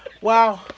Wow